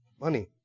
money